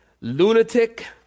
lunatic